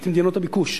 את מדינות הביקוש.